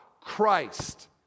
Christ